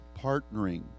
partnering